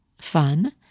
fun